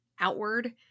outward